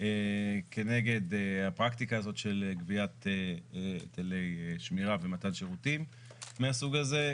כנגד הפרקטיקה הזאת של גביית היטלי שמירה ומתן שירותים מהסוג הזה.